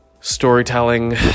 storytelling